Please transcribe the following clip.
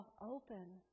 open